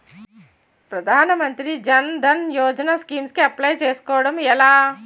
ప్రధాన మంత్రి జన్ ధన్ యోజన స్కీమ్స్ కి అప్లయ్ చేసుకోవడం ఎలా?